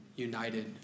united